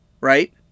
right